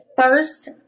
first